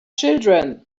children